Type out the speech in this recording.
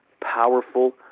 powerful